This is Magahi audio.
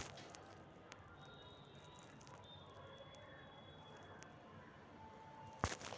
अब हमरा कर्जा के स्थिति के जानकारी लेल बारोबारे बैंक न जाय के परत्